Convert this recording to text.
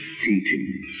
teaching